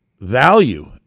value